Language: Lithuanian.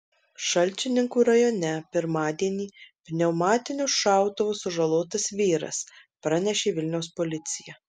šalčininkų rajone pirmadienį pneumatiniu šautuvu sužalotas vyras pranešė vilniaus policija